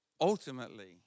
ultimately